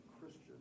Christian